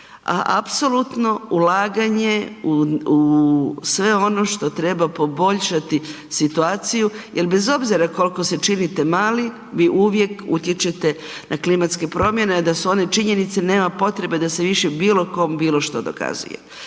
A apsolutno ulaganje u sve ono što treba poboljšati situaciju jer bez obzira koliko se činite mali vi uvijek utječete na klimatske promjene a da su one činjenice, nema potrebe da se više bilo kome bilo što dokazuje.